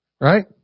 right